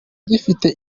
gifite